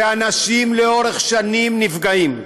ולאורך שנים אנשים נפגעים.